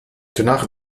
danach